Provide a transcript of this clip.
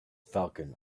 falcon